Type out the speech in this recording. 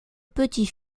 petit